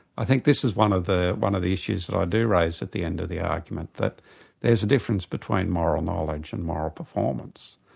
i think this is one of the of the issues that i do raise at the end of the argument, that there's a difference between moral knowledge and moral performance,